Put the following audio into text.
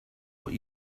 what